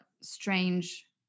strange